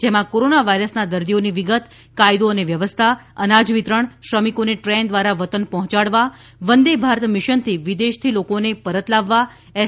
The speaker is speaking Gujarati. જેમાં કોરોના વાયરસના દર્દીઓની વિગત કાયદો અને વ્યવસ્થા અનાજ વિતરણ શ્રમિકોને ટ્રેન દ્વારા વતન પહોંચાડવા વંદે ભારત મીશનથી વિદેશથી લોકોને પરત લાવવા એસ